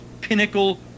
pinnacle